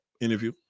interview